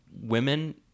women